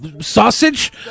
sausage